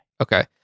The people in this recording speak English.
Okay